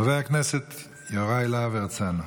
חבר הכנסת יוראי להב הרצנו.